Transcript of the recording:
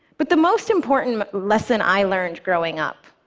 but the most important lesson i learned growing up